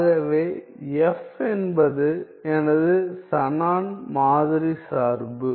ஆகவே f என்பது எனது ஷானன் மாதிரி சார்பு